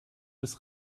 des